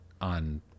on